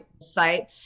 site